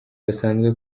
basanzwe